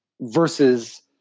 versus